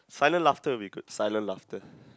silent laughter would be good silent laughter